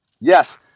yes